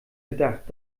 gedacht